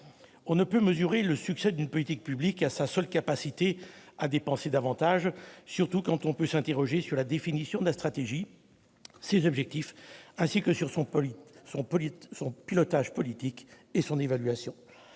On ne peut mesurer le succès d'une politique publique à sa seule capacité à dépenser davantage, surtout quand on peut s'interroger sur la définition de la stratégie, ses objectifs, ainsi que sur son pilotage politique et son évaluation.